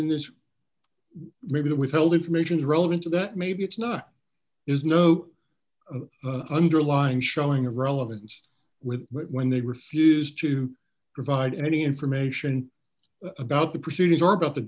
in this maybe the withheld information is relevant to that maybe it's not there's no underlying showing of relevance with when they refused to provide any information about the proceedings or about the